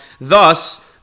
Thus